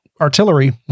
artillery